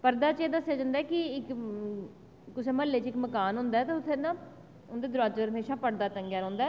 परदा जेह्दे च दस्सेआ जंदा ऐ कि कुसै म्हल्लै च इक्क मकन होंदा ऐ ते उत्थें उंदे दरोआज़ै च परदा टंगे दा रौहंदा ऐ